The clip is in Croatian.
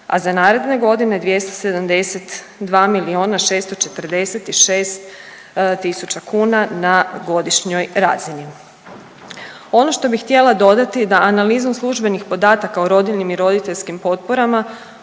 a za naredne godine 272 miliona 646 tisuća kuna na godišnjoj razini. Ono što bih htjela dodati da analizom službenih podataka o rodiljnim i roditeljskim potporama